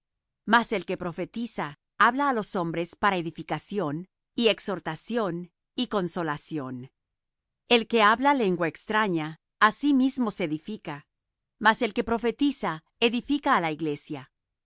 mas el que profetiza habla á los hombres para edificación y exhortación y consolación el que habla lengua extraña á sí mismo se edifica mas el que porfetiza edifica á la iglesia